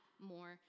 more